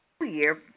year